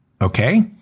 Okay